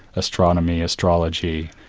astronomy, astrology,